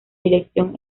dirección